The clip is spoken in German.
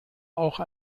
auch